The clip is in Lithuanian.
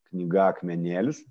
knyga akmenėlis